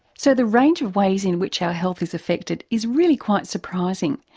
so the range of ways in which our health is affected is really quite surprising,